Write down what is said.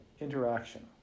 interaction